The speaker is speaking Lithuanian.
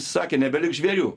sakė nebeliks žvėrių